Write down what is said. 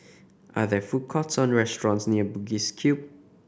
are there food courts or restaurants near Bugis Cube